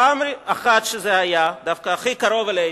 פעם אחת שזה היה, דווקא הכי קרוב אלינו,